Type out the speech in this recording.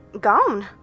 gone